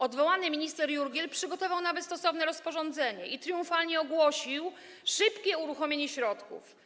Odwołany minister Jurgiel przygotował nawet stosowne rozporządzenie i triumfalnie ogłosił szybkie uruchomienie środków.